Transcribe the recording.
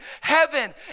heaven